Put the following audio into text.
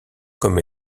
comme